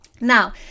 Now